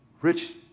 rich